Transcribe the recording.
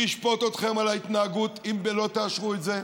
שישפוט אתכם על ההתנהגות אם לא תאשרו את זה,